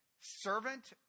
servant